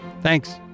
Thanks